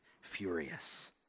furious